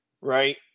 Right